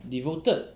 devoted